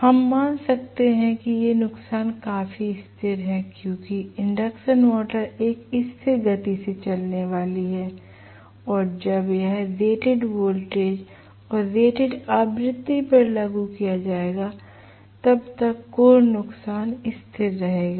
हम मान सकते हैं कि ये नुकसान काफी स्थिर हैं क्योंकि इंडक्शन मोटर एक स्थिर गति से चलने वाली है और जब तक रेटेड वोल्टेज और रेटेड आवृत्ति पर लागू किया जाएगा तब तक कोर नुकसान स्थिर रहेगा